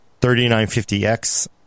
3950X